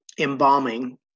embalming